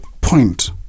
point